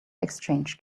exchange